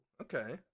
okay